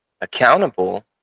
accountable